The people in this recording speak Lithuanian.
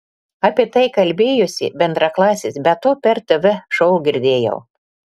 apie tai kalbėjosi bendraklasės be to per tv šou girdėjau